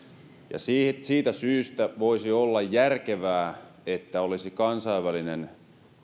siitä syystä voisi olla järkevää että olisi kansainvälinen